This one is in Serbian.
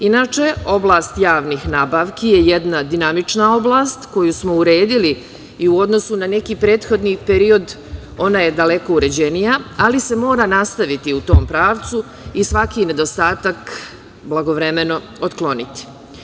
Inače, oblast javnih nabavki je jedna dinamična oblast koju smo uredili i u odnosu na neki prethodni period ona je daleko uređenija, ali se mora nastaviti u tom pravcu i svaki nedostatak blagovremeno otkloniti.